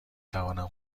توانم